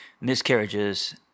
miscarriages